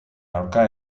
aurka